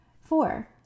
Four